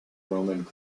roman